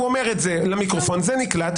הוא אומר את זה למיקרופון, זה נקלט.